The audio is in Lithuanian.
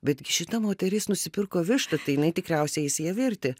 bet gi šita moteris nusipirko vištą tai jinai tikriausiai eis ją virti